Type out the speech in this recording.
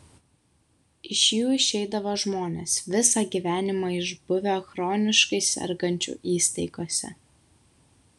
iš jų išeidavo žmonės visą gyvenimą išbuvę chroniškai sergančių įstaigose